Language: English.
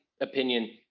opinion